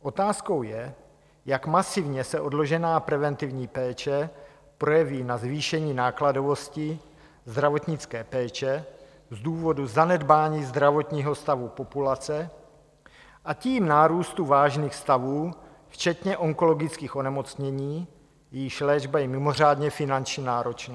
Otázkou je, jak masivně se odložená preventivní péče projeví na zvýšení nákladovosti zdravotnické péče z důvodu zanedbání zdravotního stavu populace, a tím nárůstu vážných stavů včetně onkologických onemocnění, jejichž léčba je mimořádně finančně náročná.